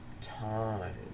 time